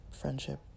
friendship